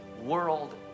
world